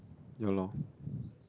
yeah loh